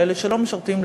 לאלה שלא משרתים,